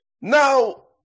Now